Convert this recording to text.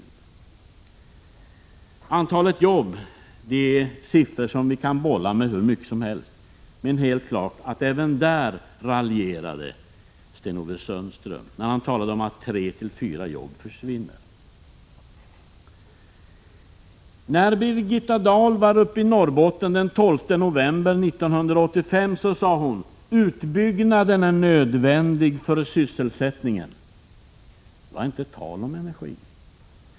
När det är fråga om antalet jobb finns det siffror som man kan bolla med hur mycket som helst. Men det är helt klart att Sten-Ove Sundström raljerade även på den punkten, när han talade om att tre fyra jobb skulle försvinna. När Birgitta Dahl var uppe i Norrbotten den 12 november 1985 sade hon: Utbyggnaden är nödvändig för sysselsättningen. Det var inte tal om någon energi.